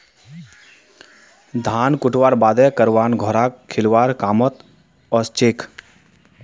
धान कुटव्वार बादे करवान घोड़ाक खिलौव्वार कामत ओसछेक